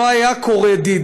לא היה D-Day.